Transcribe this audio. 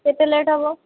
କେତେ ଲେଟ୍ ହବ